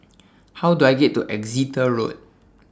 How Do I get to Exeter Road